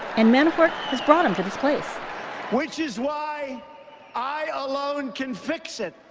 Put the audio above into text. and manafort has brought him to this place which is why i alone can fix it